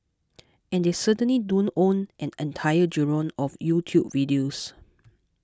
and they certainly don't own an entire genre of YouTube videos